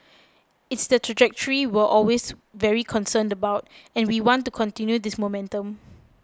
it's the trajectory were always very concerned about and we want to continue this momentum